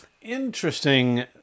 Interesting